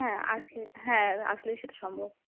হ্যাঁ আসলে হ্যাঁ আসলেই সেটা সম্ভব